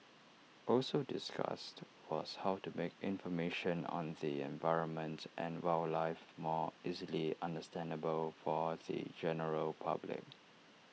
also discussed was how to make information on the environment and wildlife more easily understandable for the general public